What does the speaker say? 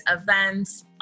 events